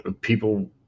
People